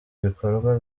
bikorwa